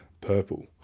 purple